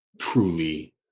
truly